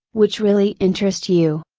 which really interest you.